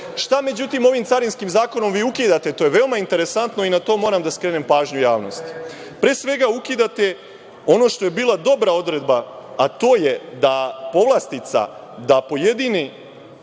međutim, ovim Carinskim zakonom vi ukidate, to je veoma interesantno i na to moram da skrenem pažnju javnosti. Pre svega ukidate ono što je bila dobra odredba, a to je da povlastica da pojedini